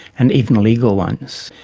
and even legal ones.